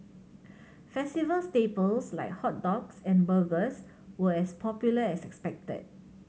festival staples like hot dogs and burgers were as popular as expected